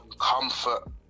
comfort